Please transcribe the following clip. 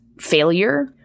failure